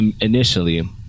initially